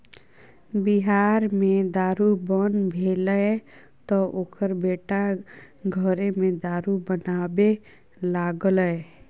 बिहार मे दारू बन्न भेलै तँ ओकर बेटा घरेमे दारू बनाबै लागलै